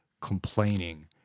complaining